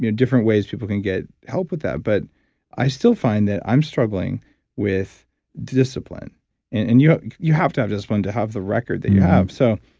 you know ways people can get help with that. but i still find that i'm struggling with discipline and you you have to have discipline to have the record that you have. so,